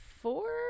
four